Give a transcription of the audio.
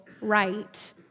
right